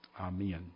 amen